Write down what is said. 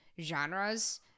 genres